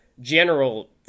general